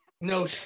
No